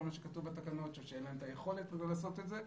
מה שכתוב בתקנות או שאין להם את היכולת לעשות את זה.